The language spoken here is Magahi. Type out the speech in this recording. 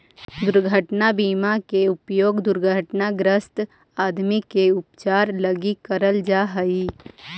दुर्घटना बीमा के उपयोग दुर्घटनाग्रस्त आदमी के उपचार लगी करल जा हई